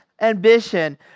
ambition